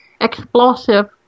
explosive